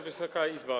Wysoka Izbo!